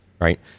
Right